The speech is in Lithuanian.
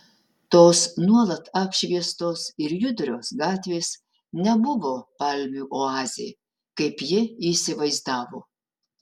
tos nuolat apšviestos ir judrios gatvės nebuvo palmių oazė kaip ji įsivaizdavo